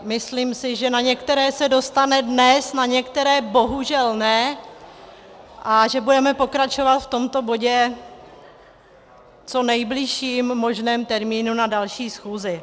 Myslím si, že na některé se dostane dnes, na některé bohužel ne a že budeme pokračovat v tomto bodě v co nejbližším možném termínu na další schůzi.